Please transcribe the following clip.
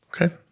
Okay